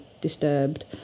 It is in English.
disturbed